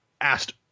asked